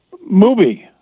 movie